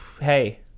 hey